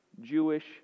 Jewish